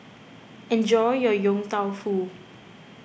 enjoy your Yong Tau Foo